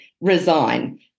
resign